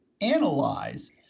analyze